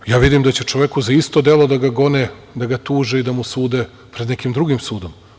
Ja vidim da će čoveku za isto delo da ga gone, da ga tuže i da mu sude pred nekim drugim sudom.